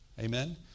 Amen